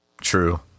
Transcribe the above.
True